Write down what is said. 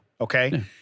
okay